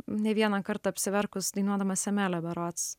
ne vieną kartą apsiverkus dainuodama semelę berods